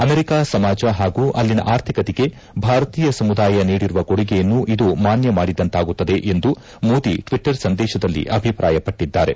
America ಸಮಾಜ ಹಾಗೂ ಅಲ್ಲಿನ ಆರ್ಥಿಕತೆಗೆ ಭಾರತೀಯ ಸಮುದಾಯ ನೀಡಿರುವ ಕೊಡುಗೆಯನ್ನು ಇದು ಮಾನ್ಯ ಮಾಡಿದಂತಾಗುತ್ತದೆ ಎಂದು ಮೋದಿ ಟ್ವಿಟ್ಟರ್ ಸಂದೇಶದಲ್ಲಿ ಅಭಿಪ್ರಾಯಪಟ್ಟದ್ದಾರೆ